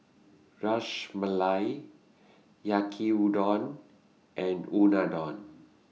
Ras Malai Yaki Udon and Unadon